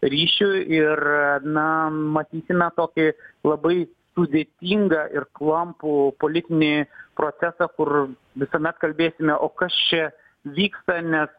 ryšių ir na matysime tokį labai sudėtingą ir klampų politinį procesą kur visuomet kalbėsime o kas čia vyksta nes